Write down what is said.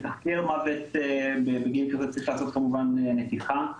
לתחקר מוות בגיל כזה צריך לעשות כמובן נתיחה.